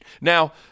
Now